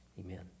Amen